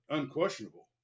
unquestionable